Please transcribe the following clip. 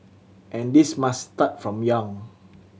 and this must start from young